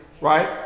right